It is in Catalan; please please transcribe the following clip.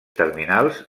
terminals